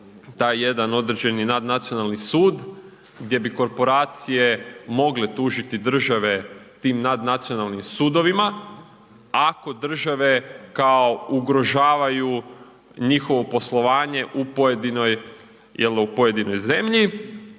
taj jedan određeni nadnacionalni sud gdje bi korporacije mogle tužiti države tim nadnacionalnim sudovima ako države kao ugrožavaju njihovo poslovanje u pojedinoj zemlji.